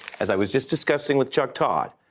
as i was just discussing with chuck todd,